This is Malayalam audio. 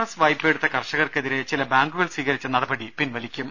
എസ് വായ്പയെടുത്ത കർഷകർക്കെതിരെ ചില ബാങ്കുകൾ സ്വീക രിച്ച നടപടി പിൻവലിക്കും